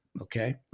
Okay